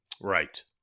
Right